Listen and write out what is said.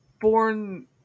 born